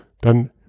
dann